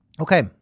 Okay